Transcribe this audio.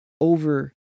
over